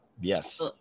yes